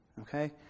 Okay